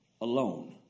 alone